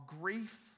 grief